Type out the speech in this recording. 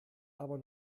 aber